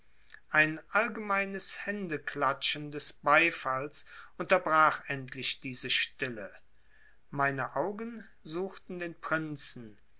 ein allgemeines händeklatschen des beifalls unterbrach endlich diese stille meine augen suchten den prinzen